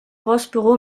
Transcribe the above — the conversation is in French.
prospero